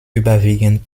überwiegend